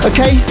Okay